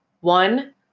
One